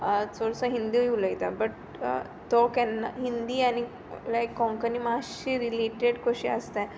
चडलो हिंदी उलोयता बट तो केन्नाय हिंदी लायक हिंदी आनी कोंकणी मातशी रिलेटेड कोशी आसताय